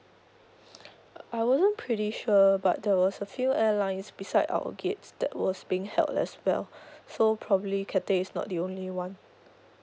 I wasn't pretty sure but there was a few airlines beside our gates that was being held as well so probably Cathay is not the only one